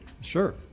sure